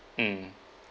mm